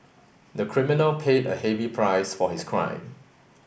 the criminal paid a heavy price for his crime